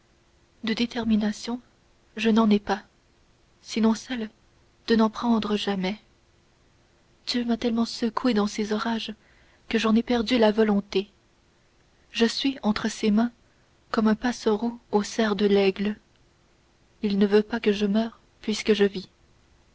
de détermination je n'en ai pas sinon celle de n'en prendre jamais dieu m'a tellement secouée dans ses orages que j'en ai perdu la volonté je suis entre ses mains comme un passereau aux serres de l'aigle il ne veut pas que je meure puisque je vis